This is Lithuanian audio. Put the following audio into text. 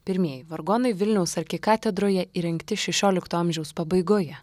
pirmieji vargonai vilniaus arkikatedroje įrengti šešiolikto amžiaus pabaigoje